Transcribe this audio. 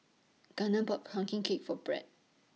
Gunner bought Pumpkin Cake For Bret